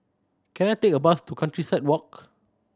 can I take a bus to Countryside Walk